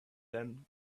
then